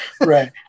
Right